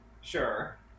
Sure